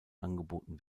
angeboten